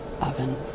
oven